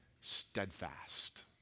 steadfast